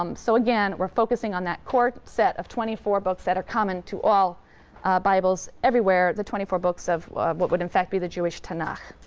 um so again, we're focusing on that core set of twenty four books that are common to all bibles everywhere, the twenty four books of what would in fact be the jewish tanakh.